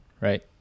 right